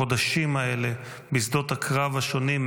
לוחמינו הנלחמים כעת ובחודשים האלה בשדות הקרב השונים,